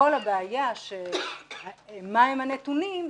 כל הבעיה של מהם הנתונים,